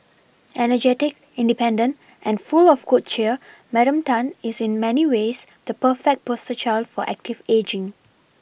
energetic independent and full of good cheer Madam Tan is in many ways the perfect poster child for active ageing